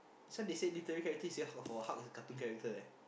this one they say literary character you say hulk for what hulk is a cartoon character eh